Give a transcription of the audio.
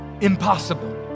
impossible